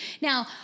Now